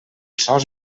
sols